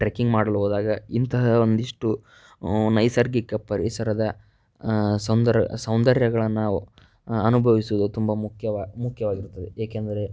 trekking ಮಾಡಲು ಹೋದಾಗ ಇಂತಹ ಒಂದಿಷ್ಟು ನೈಸರ್ಗಿಕ ಪರಿಸರದ ಸೌಂದರ ಸೌಂದರ್ಯಗಳನ್ನು ಅನುಭವಿಸುದು ತುಂಬ ಮುಖ್ಯವಾ ಮುಖ್ಯವಾಗಿರುತ್ತದೆ ಏಕೆಂದರೆ